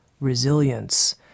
resilience